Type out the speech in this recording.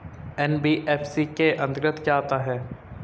NBFC के अंतर्गत क्या आता है?